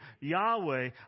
Yahweh